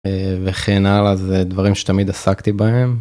וכן הלאה זה דברים שתמיד עסקתי בהם.